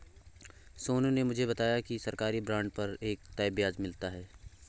सोनू ने मुझे बताया कि सरकारी बॉन्ड पर एक तय ब्याज मिलता है